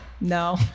no